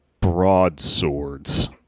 broadswords